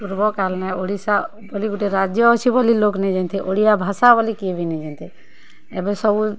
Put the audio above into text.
ପୂର୍ବକାଳିନ ଓଡ଼ିଶା ବୋଲି ଗୋଟେ ରାଜ୍ୟ ଅଛି ବୋଲି ଲୋକ୍ ନେଇ ଜାନ୍ଥେଇ ଓଡ଼ିଆ ଭାଷା ବୋଲେ କିଏ ବି ନେଇ ଜାନ୍ତେ ଏବେ ସବୁ